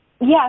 Yes